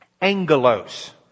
angelos